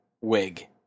wig